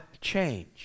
change